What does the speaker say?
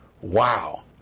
wow